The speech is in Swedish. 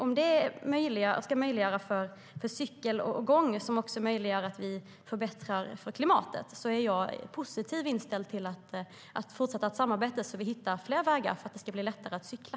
Om ett möjliggörande av cykel och gång också möjliggör att vi förbättrar för klimatet är jag positivt inställd till ett fortsatt samarbete så att vi hittar fler vägar att göra det enklare att cykla.